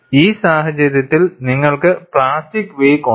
ഈ സാഹചര്യത്തിൽ നിങ്ങൾക്ക് പ്ലാസ്റ്റിക് വേക്ക് ഉണ്ട്